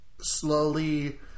slowly